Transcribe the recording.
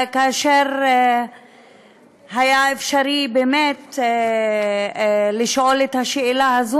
כאשר היה אפשרי באמת לשאול את השאלה הזאת?